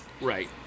Right